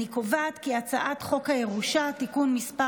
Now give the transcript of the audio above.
אני קובעת כי הצעת חוק הירושה (תיקון מס'